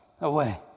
away